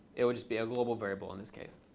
it would just be a global variable in this case.